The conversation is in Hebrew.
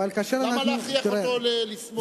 למה להכריח אותו לשמוח?